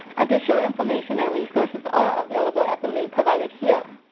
additional information and resources are available at the link provided here.